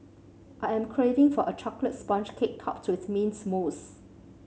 I am craving for a chocolate sponge cake topped with mint mousse